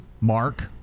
Mark